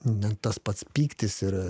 net tas pats pyktis yra